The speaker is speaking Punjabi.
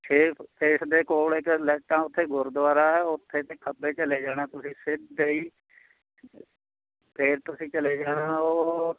ਛੇ ਫੇਜ਼ ਦੇ ਕੋਲ ਇੱਕ ਲਾਈਟਾਂ ਉੱਥੇ ਗੁਰਦੁਆਰਾ ਹੈ ਉੱਥੇ ਤੋਂ ਖੱਬੇ ਚਲੇ ਜਾਣਾ ਤੁਸੀਂ ਸਿੱਧੇ ਹੀ ਫਿਰ ਤੁਸੀਂ ਚਲੇ ਜਾਣਾ ਉਹ